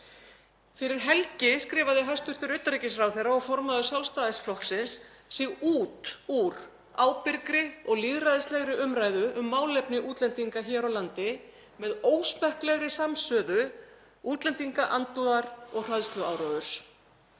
Fyrir helgi skrifaði hæstv. utanríkisráðherra og formaður Sjálfstæðisflokksins sig út úr ábyrgri og lýðræðislegri umræðu um málefni útlendinga hér á landi með ósmekklegri samsuðu útlendingaandúðar og hræðsluáróðurs.